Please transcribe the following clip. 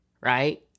Right